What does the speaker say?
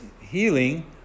healing